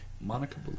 Monica